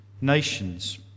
nations